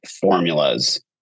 formulas